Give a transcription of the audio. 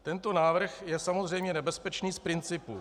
Tento návrh je samozřejmě nebezpečný z principu.